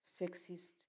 sexist